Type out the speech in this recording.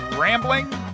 Rambling